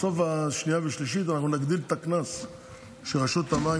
ובסוף השנייה והשלישית נגדיל את הקנס שרשות המים